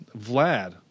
Vlad